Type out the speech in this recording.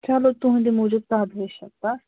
چلو تُہنٛدِ موٗجوٗب سدہٲے شیٚتھ بس